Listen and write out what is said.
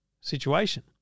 situation